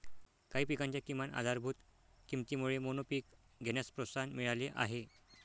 काही पिकांच्या किमान आधारभूत किमतीमुळे मोनोपीक घेण्यास प्रोत्साहन मिळाले आहे